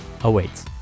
awaits